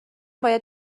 باید